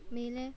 美 leh